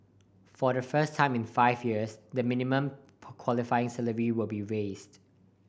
for the first time in five years the minimum qualifying salary will be raised